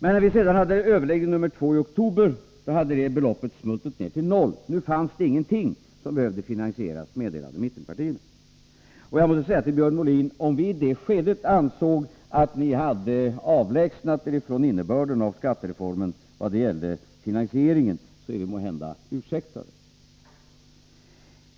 När vi sedan i oktober hade överläggning nr 2 hade det beloppet smultit ned till 0. Nu fanns det ingenting som behövde finansieras, sade mittenpartierna. Om vi i det skedet, Björn Molin, ansåg att ni hade avlägsnat er från innebörden av skattereformen vad gällde finansieringen, är vi måhända ursäktade.